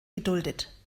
geduldet